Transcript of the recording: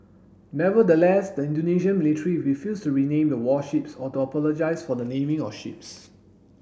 nevertheless the Indonesian military refused to rename the warships or to apologise for the naming of ships